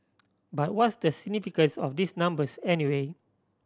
but what's the significance of these numbers anyway